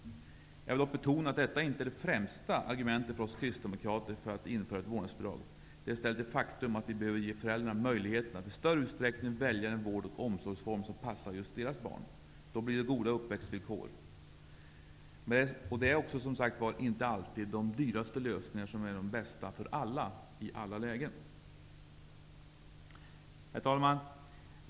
Jag vill dock betona att detta inte är det främsta argumentet för oss kristdemokrater för att införa ett vårdnadsbidrag. Det är i stället det faktum att vi behöver ge föräldrarna möjligheten att i större utsträckning välja den vård och och omsorgsform som passar just deras barn. Då blir det goda uppväxtvillkor. Men det är som sagt inte alltid de dyraste lösningarna som är de bästa för alla i alla lägen. Herr talman!